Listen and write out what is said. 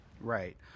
Right